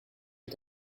est